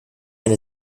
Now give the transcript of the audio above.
eine